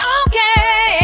okay